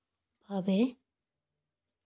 ᱵᱷᱟᱵᱮ